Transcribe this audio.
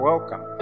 Welcome